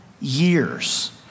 years